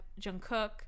jungkook